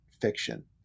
fiction